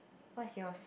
what is yours